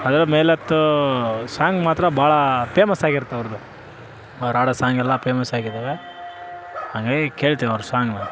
ಅದ್ರ ಮೇಲತ್ತೂ ಸಾಂಗ್ ಮಾತ್ರ ಭಾಳ ಪೇಮಸ್ ಆಗಿರತ್ತೆ ಅವ್ರುದು ಅವ್ರು ಹಾಡೋ ಸಾಂಗ್ ಎಲ್ಲ ಪೇಮಸ್ ಆಗಿದಾವೆ ಹಂಗಾಗಿ ಕೇಳ್ತಿವಿ ಅವ್ರ ಸಾಂಗ್